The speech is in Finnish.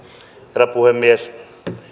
herra puhemies